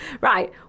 Right